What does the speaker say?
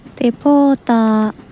reporter